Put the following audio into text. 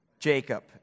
Jacob